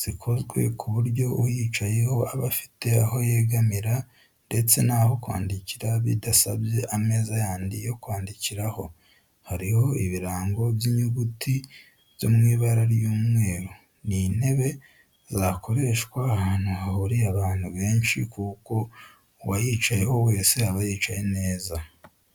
zikozwe ku buryo uyicayeho aba afite aho yegamira ndetse n'aho kwandikira bidasabye ameza yandi yo kwandikiraho, hariho ibirango by'inyuguti byo mu ibara ry'umweru. Ni intebe zakoreshwa ahantu hahuriye abantu benshi kuko uwayicaraho wese yaba yicaye neza.